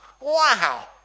wow